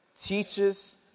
teaches